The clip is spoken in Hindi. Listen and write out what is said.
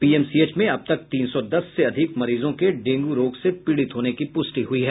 पीएमसीएच में अब तक तीन सौ दस से अधिक मरीजों के डेंगू रोग से पीड़ित होने की पुष्टि हुई है